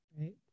Right